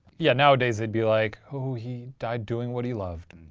yeah, nowadays they'd be like, oh, he died doing what he loved, and